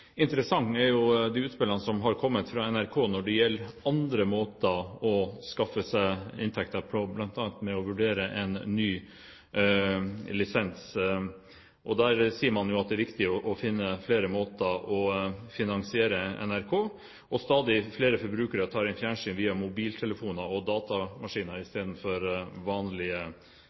interessant, er jo de utspillene som har kommet fra NRK når det gjelder andre måter å skaffe seg inntekter på, bl.a. ved å vurdere en ny lisens. Der sier man at det er viktig å finne flere måter å finansiere NRK på, og stadig flere forbrukere tar inn fjernsyn via mobiltelefoner og datamaskiner istedenfor via vanlige